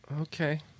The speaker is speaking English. Okay